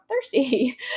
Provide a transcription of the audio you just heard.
thirsty